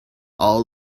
all